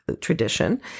tradition